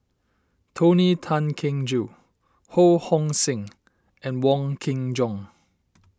Tony Tan Keng Joo Ho Hong Sing and Wong Kin Jong